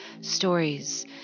stories